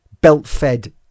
belt-fed